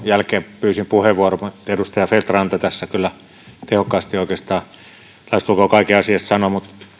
jälkeen pyysin puheenvuoron mutta edustaja feldt ranta tässä kyllä tehokkaasti oikeastaan lähestulkoon kaiken asiasta sanoi